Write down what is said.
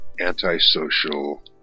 antisocial